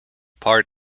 part